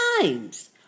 times